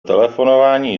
telefonování